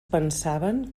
pensaven